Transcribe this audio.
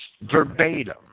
verbatim